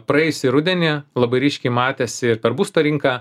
praėjusį rudenį labai ryškiai matėsi ir per būsto rinką